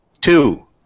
Two